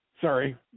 sorry